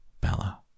Bella